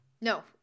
no